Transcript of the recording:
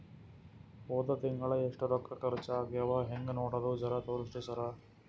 ಹೊದ ತಿಂಗಳ ಎಷ್ಟ ರೊಕ್ಕ ಖರ್ಚಾ ಆಗ್ಯಾವ ಹೆಂಗ ನೋಡದು ಜರಾ ತೋರ್ಸಿ ಸರಾ?